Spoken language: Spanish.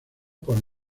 por